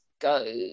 go